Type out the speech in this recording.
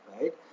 right